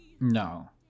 No